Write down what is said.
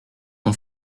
son